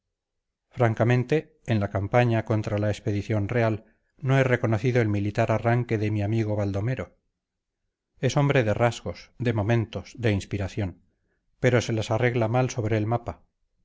francamente en la campaña contra la expedición real no he reconocido el militar arranque de mi amigo baldomero es hombre de rasgos de momentos de inspiración pero se las arregla mal sobre el mapa